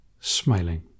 smiling